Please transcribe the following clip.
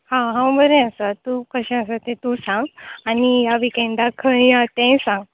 हांव बरें आसा तूं कशें आसा तें तूं सांग आनी ह्या विकॅन्डाक खंय या तेंय सांग